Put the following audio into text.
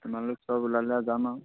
তোমালোক চব ওলালে যাম আৰু